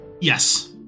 Yes